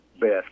best